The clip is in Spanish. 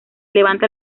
levanta